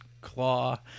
claw